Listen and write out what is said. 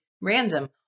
random